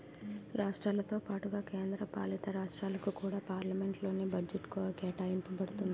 రాష్ట్రాలతో పాటుగా కేంద్ర పాలితరాష్ట్రాలకు కూడా పార్లమెంట్ లోనే బడ్జెట్ కేటాయింప బడుతుంది